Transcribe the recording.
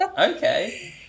Okay